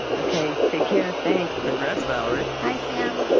ok. take care, thanks congrats, valerie hi, sam.